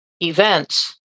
events